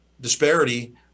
disparity